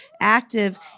active